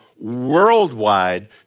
worldwide